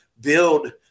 build